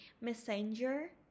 messenger